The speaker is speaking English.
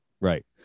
Right